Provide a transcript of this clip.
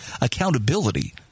accountability